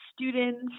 students